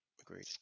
Agreed